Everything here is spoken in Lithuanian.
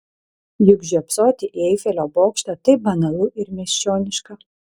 juk žiopsoti į eifelio bokštą taip banalu ir miesčioniška